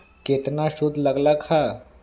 केतना सूद लग लक ह?